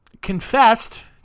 confessed